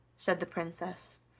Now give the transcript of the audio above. said the princess,